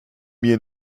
mir